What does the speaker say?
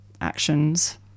actions